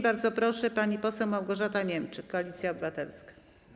Bardzo proszę, pani poseł Małgorzata Niemczyk, Koalicja Obywatelska.